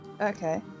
Okay